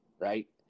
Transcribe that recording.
right